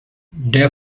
der